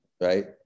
right